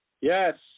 Yes